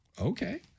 okay